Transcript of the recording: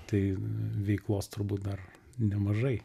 tai veiklos turbūt dar nemažai